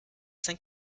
sein